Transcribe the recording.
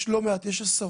יש לא מעט, יש עשרות